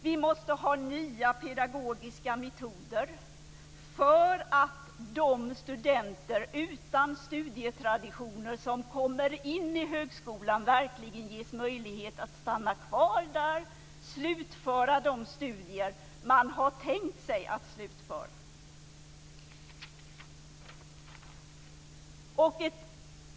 Vi måste ha nya pedagogiska metoder för att de studenter utan studietraditioner som kommer in i högskolan verkligen ges möjlighet att stanna kvar där och att slutföra de studier man har tänkt sig att slutföra.